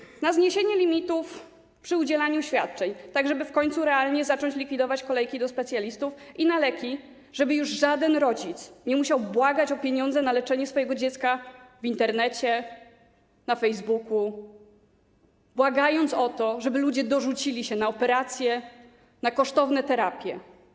Pójdą też na zniesienie limitów przy udzielaniu świadczeń, tak żeby w końcu realnie zacząć likwidować kolejki do specjalistów, i na leki, żeby już żaden rodzic nie musiał błagać o pieniądze na leczenie swojego dziecka w Internecie, na Facebooku, błagać o to, żeby ludzie dorzucili się na operację, na kosztowne terapie.